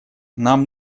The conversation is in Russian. нам